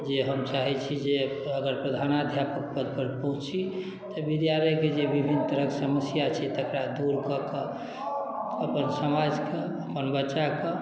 जे हम चाहै छी जे अगर प्रधानाध्यापक पदपर पहुँची तऽ विद्यालयके जे विभिन्न तरहके समस्या छै तकरा दूर कऽ कऽ अपन समाजके अपन बच्चाके